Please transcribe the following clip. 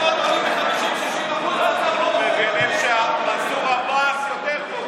60% אנחנו מבינים שמנסור עבאס יותר טוב.